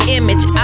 image